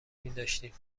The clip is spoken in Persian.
میداشتیم